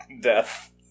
Death